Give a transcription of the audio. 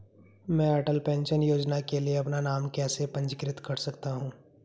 मैं अटल पेंशन योजना के लिए अपना नाम कैसे पंजीकृत कर सकता हूं?